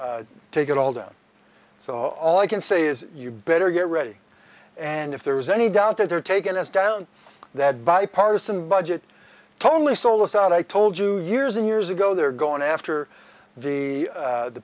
take it all down so all i can say is you better get ready and if there is any doubt that they're taking us down that bipartisan budget totally sold us out i told you years and years ago they're going after the